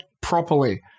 properly